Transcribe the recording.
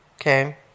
Okay